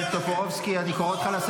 תגיד למילואימניקים,